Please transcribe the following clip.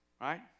right